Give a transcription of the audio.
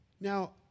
Now